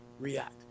react